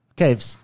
Okay